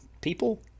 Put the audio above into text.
people